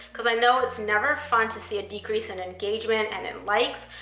because i know it's never fun to see a decrease in engagement and in likes,